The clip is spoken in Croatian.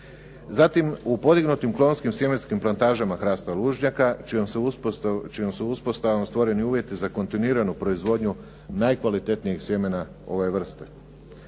Zatim u podignutim klaonskim plantažama hrasta Lužnjaka čijom se uspostavom stvoreni uvjeti za kontinuiranu proizvodnju najkvalitetnijeg sjemena ove vrste.